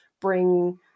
bring